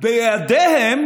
בידיהם